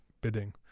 bidding